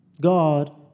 God